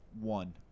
one